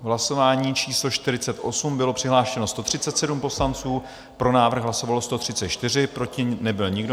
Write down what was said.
V hlasování číslo 48 bylo přihlášeno 137 poslanců, pro návrh hlasovalo 134, proti nebyl nikdo.